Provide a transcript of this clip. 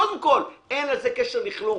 קודם כול, אין לזה קשר לכלום.